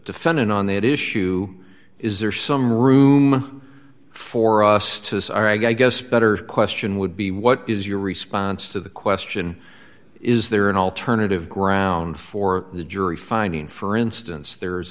defendant on that issue is there some room for us to as our i guess better question would be what is your response to the question is there an alternative ground for the jury finding for instance there's